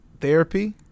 therapy